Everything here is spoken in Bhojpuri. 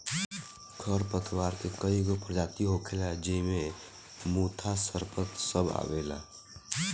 खर पतवार के कई गो परजाती होखेला ज़ेइ मे मोथा, सरपत सब आवेला